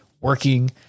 working